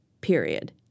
period